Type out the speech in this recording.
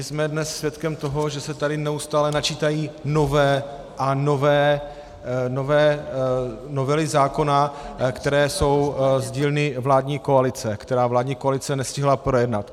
Jsme dnes svědky toho, že se tady neustále načítají nové a nové novely zákonů, které jsou z dílny vládní koalice, které tato vládní koalice nestihla projednat.